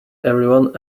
everyone